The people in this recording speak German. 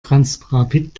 transrapid